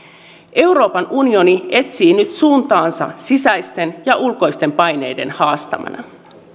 euroopan unioni etsii nyt suuntaansa sisäisten ja ulkoisten paineiden haastamana